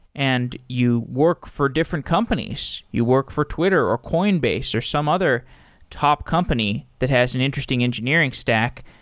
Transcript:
and you work for different companies you work for twitter, or coinbase or some other top company that has an interesting engineering stack,